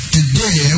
Today